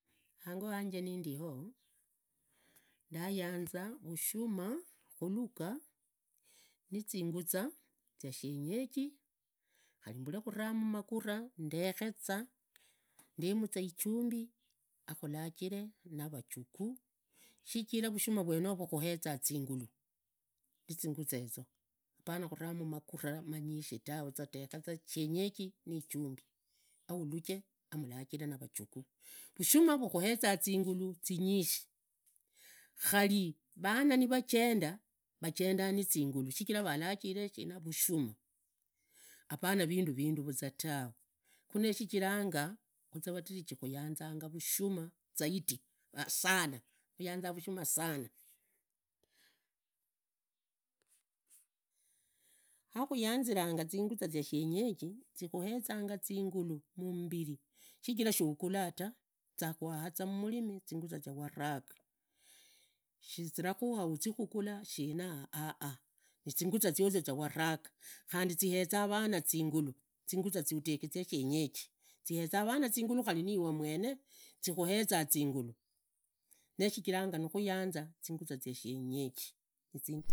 Hango hanje nindioo, ndayanza rushuma khuluga nizinguzaa zia shenyeji, khari mbure khuramu magura ndekheza, ndemu za ijumbi akhulajire navajukhuu, sichira vushuma vwenoro vukhueza zingulu ururizamu ziehuba zivaga, zivirii lamniye mwene amarurizemu ichuba kharing'ombe yoyo murinyanji, ningimire murinyanji, lakini ive mwene nuzaa vuzwa usheraza vwangu vwangu vwangu vwangu marere garuli, kha mundu gamanya mundu mwene, ing'ombe nujirikhizanga yene ikhuenzaza yakhumanya, khari inyalakuvaa indulu lakini ilaruliva iwe taa, irarulira wandi munduoyo na iwe mwene, shivula khadaye ta, wala gakhuduya fana shindu shindi shirondimu, lakini iwe mwene yakhumanya, nuhiraza vunyasi yakhumanya. Niri ninzala umanyi ing'ombe yanje ikharee ta paka uzii khukhara vunyasi vwanya vwangu vwangu, khari isaa nimwani uzekhuza inyanyekhu khuyinjire khandi khusherehe subui marere malai.